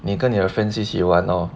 你跟你的 friends 一起玩 hor